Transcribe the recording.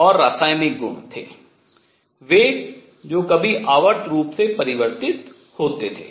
और रासायनिक गुण थे वे जो कभी आवर्त रूप से परिवर्तित होते थे